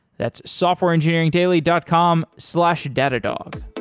that's softwareengineeringdaily dot com slash datadog.